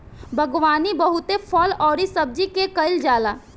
बागवानी बहुते फल अउरी सब्जी के कईल जाला